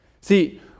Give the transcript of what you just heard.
See